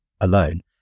alone